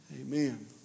amen